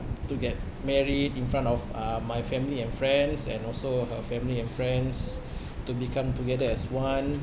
to get married in front of uh my family and friends and also her family and friends to become together as one